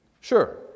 Sure